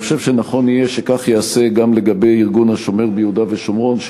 אני חושב שנכון יהיה שכך ייעשה גם לגבי ארגון "השומר" ביהודה ושומרון,